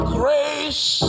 grace